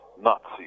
Nazi